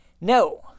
No